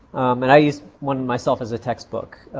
and i used one myself as a textbook.